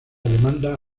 demanda